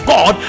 God